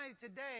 today